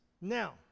Now